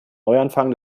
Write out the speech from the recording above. neuanfang